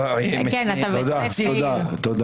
תודה, תודה.